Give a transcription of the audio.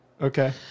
Okay